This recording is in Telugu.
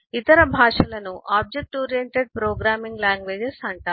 ఇతర భాషలను ఆబ్జెక్ట్ ఓరియెంటెడ్ ప్రోగ్రామింగ్ లాంగ్వేజెస్ అంటారు